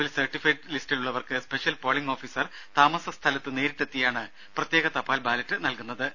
നിലവിൽ സർട്ടിഫൈഡ് ലിസ്റ്റിലുള്ളവർക്ക് special polling officer താമസ സ്ഥലത്ത് നേരിട്ടെത്തിയാണ് പ്രത്യേക തപാൽ ബാലറ്റ് നൽകുന്നത്